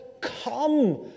come